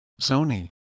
Sony